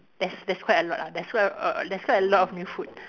there's there's quite a lot ah there's quite a there's quite a lot of new food